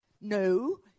No